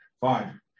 Fine